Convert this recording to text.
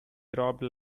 robbed